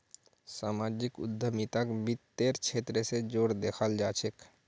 सामाजिक उद्यमिताक वित तेर क्षेत्र स जोरे दखाल जा छेक